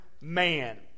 man